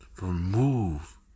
remove